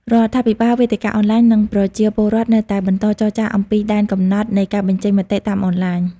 រដ្ឋាភិបាល វេទិកាអនឡាញ និងប្រជាពលរដ្ឋនៅតែបន្តចរចាអំពីដែនកំណត់នៃការបញ្ចេញមតិតាមអនឡាញ។